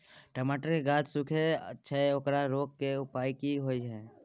टमाटर के गाछ सूखे छै ओकरा रोके के उपाय कि होय है?